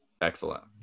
Excellent